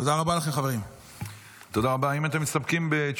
תודה רבה לכם, חברים.